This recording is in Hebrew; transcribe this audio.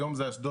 היום זה אשדוד,